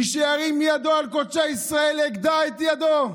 מי שירים ידו על קודשי ישראל, אגדע את ידו.